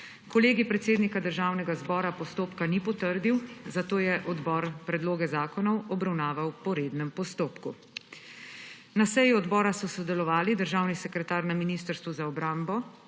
Kolegij predsednika Državnega zbora postopka ni potrdil, zato je odbor predloge zakonov obravnaval po rednem postopku. Na seji odbora so sodelovali državni sekretar na Ministrstvu za obrambo,